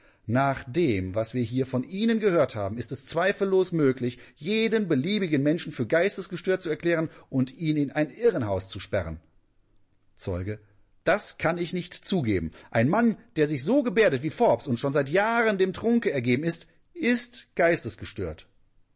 nach dem was wir hier von ihnen gehört haben ist es zweifellos möglich jeden beliebigen menschen für geistesgestört zu erklären und ihn in ein irrenhaus zu sperren zeuge das kann ich nicht zugeben ein mann der sich so gebärdet wie forbes und schon seit jahren dem trunke ergeben ist ist geistesgestört